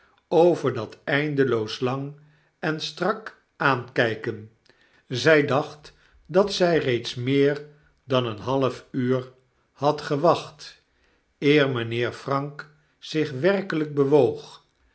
over dateindeloos lang en strak aankyken zy dacht dat zij reeds meer dan een half uur had gewacht eer mijnheer prank zich werkelyk bewoog